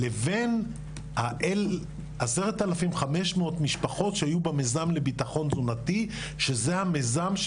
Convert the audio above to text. לבין 10,500 משפחות שהיו במיזם לביטחון תזונתי שזה המיזם,